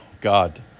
God